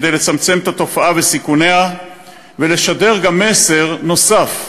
לצמצם את התופעה וסיכוניה ולשדר גם מסר נוסף: